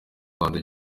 rwanda